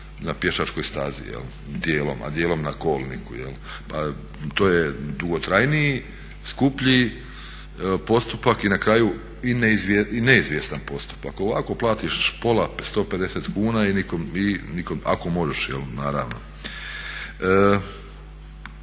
na pješačkoj stazi dijelom, a dijelom na kolniku. To je dugotrajniji, skuplji postupak i na kraju i neizvjestan postupak. Ovako platiš 150 kuna ako možeš naravno.